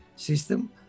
System